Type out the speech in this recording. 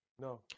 No